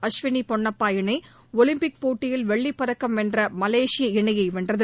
அஸ்வினி பொன்னப்பா இணை ஒலிம்பிக் போட்டியில் வெள்ளிப்பதக்கம் வென்ற மலேஷிய இணை வென்றது